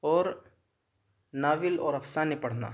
اور ناول اور افسانے پڑھنا